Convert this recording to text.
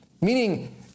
Meaning